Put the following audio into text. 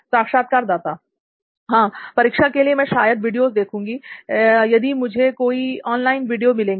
साक्षात्कारदाता हां परीक्षा के लिए मैं शायद वीडियोस देखूंगी यदि मुझे कोई ऑनलाइन वीडियो मिलेंगे